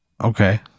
Okay